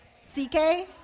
C-K